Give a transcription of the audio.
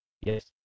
Yes